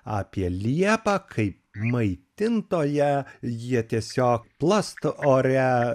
apie liepą kaip maitintoją jie tiesiog plast ore